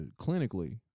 clinically